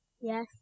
Yes